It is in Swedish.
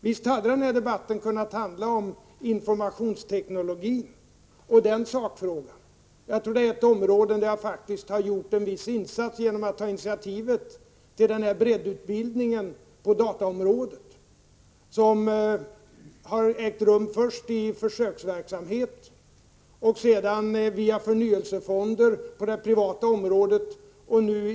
Visst hade denna debatt kunnat handla om informationsteknologi och den sakfrågan. Det är ett område där jag tror att jag har gjort en viss insats genom att ta initiativet till den breddutbildning på dataområdet som kommit till stånd först med försöksverksamhet och sedan via förnyelsefonder på det privata området.